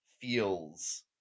feels